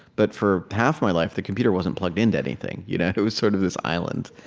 but for half my life, the computer wasn't plugged into anything. you know it was sort of this island.